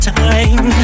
time